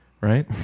right